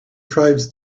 tribes